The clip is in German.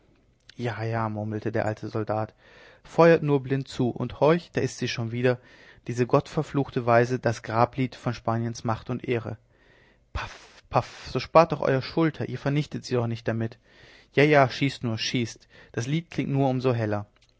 weit jaja murmelte der alte soldat feuert nur blind zu und horch da ist sie schon wieder diese gottverfluchte weise das grablied von spaniens macht und ehre paff paff so spart doch euer pulver ihr vernichtet sie doch nicht damit jaja schießt nur schießt das lied klingt nur um so heller